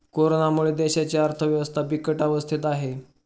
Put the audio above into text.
कोरोनामुळे देशाची अर्थव्यवस्था बिकट अवस्थेत आहे